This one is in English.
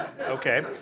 okay